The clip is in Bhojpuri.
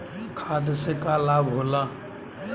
खाद्य से का लाभ होला?